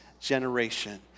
generation